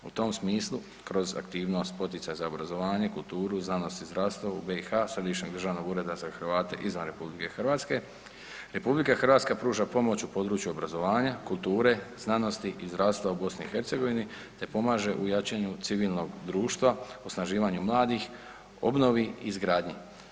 U tom smislu kroz aktivnost poticaja za obrazovanje, kulturu, znanost i zdravstvo u BiH, Središnjeg državnog ureda za Hrvate izvan RH, RH pruža pomoć u području obrazovanja, kulture, znanosti i zdravstva u BiH te pomaže u jačanju civilnog društva, osnaživanju mladih, obnovi i izgradnji.